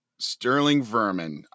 SterlingVermin